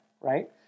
right